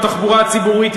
תחבורה הציבורית,